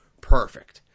Perfect